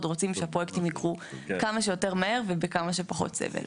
רוצים שהפרויקטים יקרו כמה שיותר מהר ובכמה שפחות סבל.